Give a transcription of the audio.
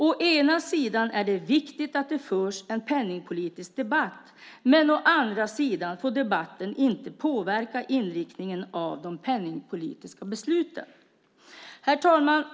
Å ena sidan är det viktigt att det förs en penningpolitisk debatt. Å andra sidan får debatten inte påverka inriktningen av de penningpolitiska besluten. Herr talman!